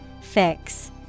Fix